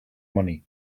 money